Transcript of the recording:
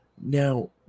Now